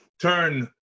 turn